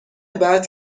بعد